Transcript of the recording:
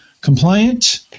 compliant